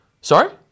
Sorry